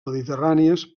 mediterrànies